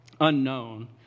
Unknown